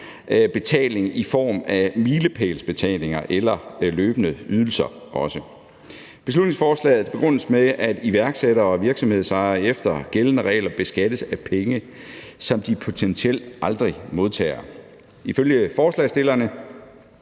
betaling i form af milepælsbetalinger eller løbende ydelser. Beslutningsforslaget begrundes med, at iværksættere og virksomhedsejere efter gældende regler beskattes af penge, som de potentielt aldrig modtager. Ifølge forslagsstillerne